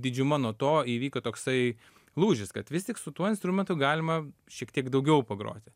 didžiuma nuo to įvyko toksai lūžis kad vis tik su tuo instrumentu galima šiek tiek daugiau pagroti